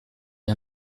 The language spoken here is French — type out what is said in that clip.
est